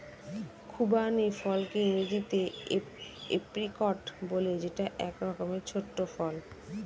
খুবানি ফলকে ইংরেজিতে এপ্রিকট বলে যেটা এক রকমের ছোট্ট ফল